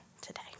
today